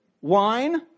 wine